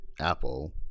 apple